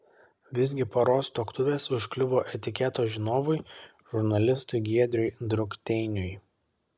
visgi poros tuoktuvės užkliuvo etiketo žinovui žurnalistui giedriui drukteiniui